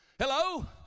hello